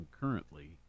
currently